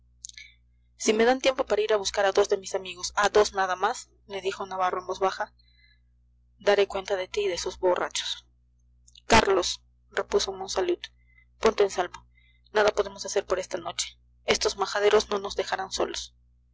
si me dan tiempo para ir a buscar a dos de mis amigos a dos nada más le dijo navarro en voz baja daré cuenta de ti y de esos borrachos carlos repuso monsalud ponte en salvo nada podemos hacer por esta noche estos majaderos no nos dejarán solos